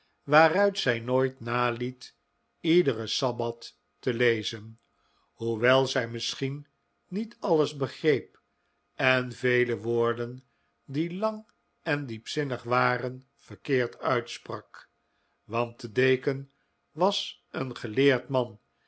waaruit zij riooit naliet iederen sabbat te lezen hoewel zij misschien niet alles begreep en vele woorden die lang en diepzinnig waren verkeerd uitsprak want de deken was een geleerd man